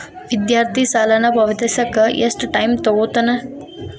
ವಿದ್ಯಾರ್ಥಿ ಸಾಲನ ಪಾವತಿಸಕ ಎಷ್ಟು ಟೈಮ್ ತೊಗೋತನ